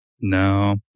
no